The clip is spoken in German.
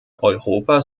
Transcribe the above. europa